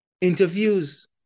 interviews